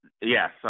yes